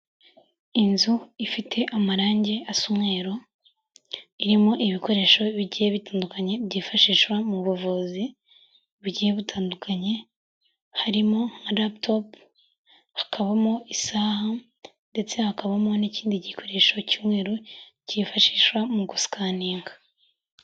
Inzu ifite amarangi asa umweru, irimo ibikoresho bigiye bitandukanye byifashishwa mu buvuzi bugiye butandukanye, harimo laptop, hakabamo isaha ndetse hakabamo n'ikindi gikoresho cy'umweru cyifashishwa mu gusikaninga.